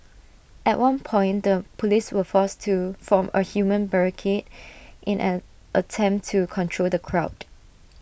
at one point the Police were forced to form A human barricade in an attempt to control the crowd